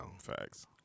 Facts